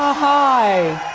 hi.